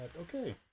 okay